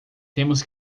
temos